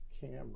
camera